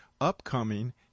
upcoming